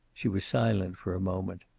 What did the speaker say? she was silent for a moment.